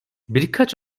birkaç